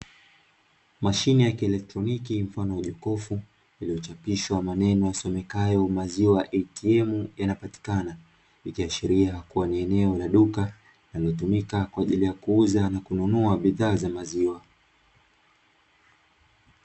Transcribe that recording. Mashine ya kielektroniki mfano wa jokofu iliyochapishwa maneno yasomekayo maziwa "ATM" yanapatikana, ikiashiria kuwa ni eneo la duka linalotumika kwa ajili ya kuuza na kununua bidhaa za maziwa.